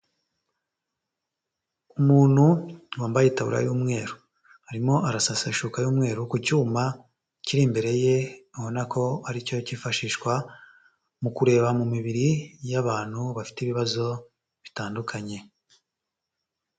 Umuntu wambaye itaburiya y'umweru. Arimo arasasa ishuka y'umweru ku cyuma kiri imbere ye abona ko aricyo cyifashishwa mu kureba mu mibiri y'abantu bafite ibibazo bitandukanye.